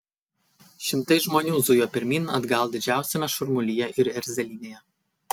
šimtai žmonių zujo pirmyn atgal didžiausiame šurmulyje ir erzelynėje